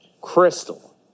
Crystal